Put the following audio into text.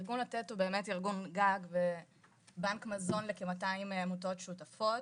ארגון לתת הוא באמת ארגון גג ובנק מזון לכ-200 עמותות שותפות,